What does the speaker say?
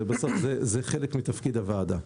בסוף זה חלק מתפקיד הוועדה.